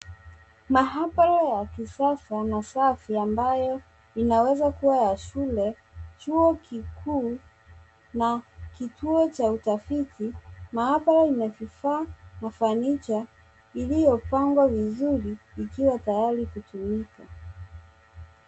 Maabara ya kisasa na safi ambayo inaweza kuwa ya shule, chuo kikuu na kituo cha utafiti. Maabara ina vifaa na fanicha iliyopangwa vizuri ikiwa tayari kutumika.